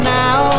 now